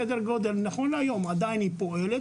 סדר גודל ונכון להיום כשעדיין היא פועלת